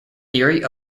theory